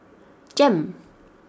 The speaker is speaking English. Jem